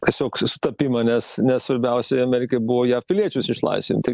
tiesiog sutapimą nes nes svarbiausia amerikai buvo jav piliečius išlaisvinti